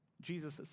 Jesus